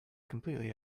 completely